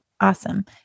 Awesome